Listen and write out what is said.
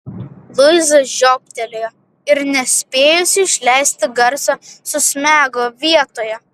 luiza žiobtelėjo ir nespėjusi išleisti garso susmego vietoje